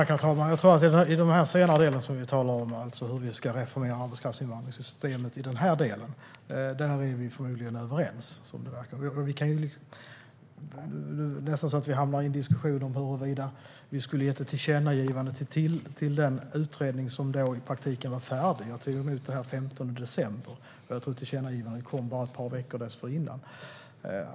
Herr talman! När det gäller den senare delen, hur vi ska reformera arbetskraftsinvandringssystemet i denna del, är vi förmodligen överens. Vi hamnar nästan i en diskussion om huruvida vi skulle ha gett tilläggsdirektiv till den utredning som i praktiken var färdig. Jag tog emot den den 15 december, och jag tror att tillkännagivandet kom bara ett par veckor tidigare.